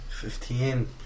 Fifteen